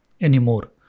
anymore